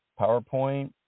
PowerPoint